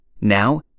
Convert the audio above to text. Now